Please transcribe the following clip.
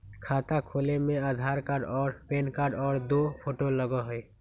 खाता खोले में आधार कार्ड और पेन कार्ड और दो फोटो लगहई?